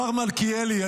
השר מלכיאלי,